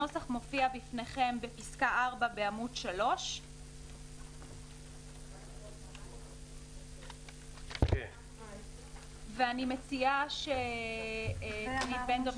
הנוסח מופיע בפניכם בפסקה (4) בעמוד 3. אני מציעה שדגנית בן דב,